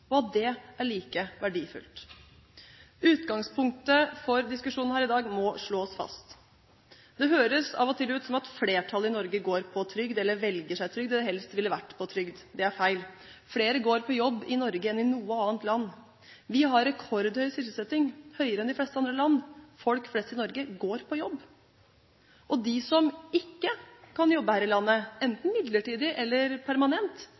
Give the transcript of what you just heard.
og at det er like verdifullt. Utgangspunktet for diskusjonen her i dag må slås fast. Det høres av og til ut som om flertallet i Norge går på trygd, velger seg trygd eller helst ville ha vært på trygd. Det er feil. Flere går på jobb i Norge enn i noe annet land. Vi har rekordhøy sysselsetting, høyere enn de fleste andre land. Folk flest i Norge går på jobb, og de som ikke kan jobbe her i landet, enten midlertidig eller permanent,